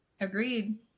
Agreed